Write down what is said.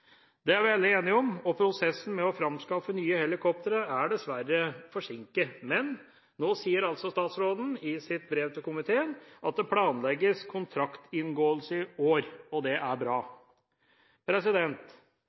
Det er vi alle enige om. Prosessen med å framskaffe nye helikoptre er dessverre forsinket, men nå sier altså statsråden i sitt brev til komiteen at det planlegges kontraktsinngåelse i år. Det er bra.